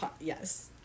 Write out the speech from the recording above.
yes